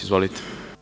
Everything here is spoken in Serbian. Izvolite.